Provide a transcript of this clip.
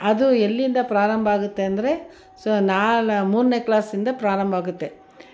ಅದು ಎಲ್ಲಿಂದ ಪ್ರಾರಂಭ ಆಗುತ್ತೆ ಅಂದರೆ ಸೊ ನಾನು ಮೂರನೇ ಕ್ಲಾಸಿಂದ ಪ್ರಾರಂಭ ಆಗುತ್ತೆ